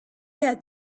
had